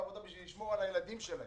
העבודה בשביל לשמור על הילדים שלהם,